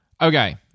okay